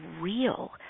real